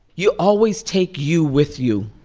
you always take you with you.